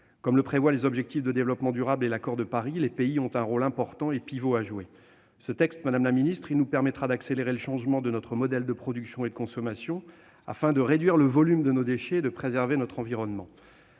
Comme le prévoient les objectifs de développement durable et l'accord de Paris, les pays ont un rôle pivot à jouer. Madame la secrétaire d'État, ce texte nous permettra d'accélérer le changement de notre modèle de production et de consommation afin de réduire le volume de nos déchets et de préserver notre environnement.